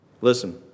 Listen